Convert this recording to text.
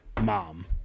mom